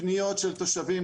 פניות של תושבים,